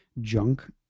junk